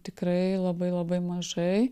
tikrai labai labai mažai